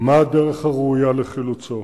מה הדרך הראויה לחילוצו.